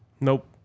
Nope